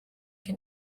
can